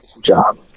Job